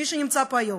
מי שנמצא פה היום,